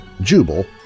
Jubal